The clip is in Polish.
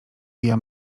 via